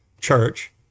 church